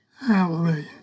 Hallelujah